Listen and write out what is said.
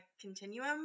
continuum